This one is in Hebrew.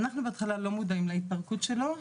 אנחנו בהתחלה לא מודעים להתפרקות שלו,